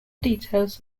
details